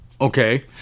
okay